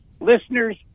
listeners